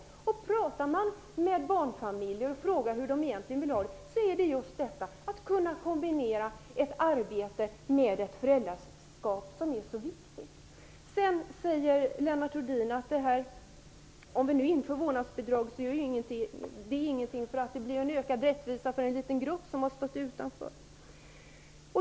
Frågar man barnfamiljer hur de egentligen vill ha det är svaret att det viktiga är kunna kombinera ett arbete med ett föräldraskap. Lennart Rohdin säger att det med ett vårdnadsbidrag blir en ökad rättvisa för en liten grupp som har stått utanför.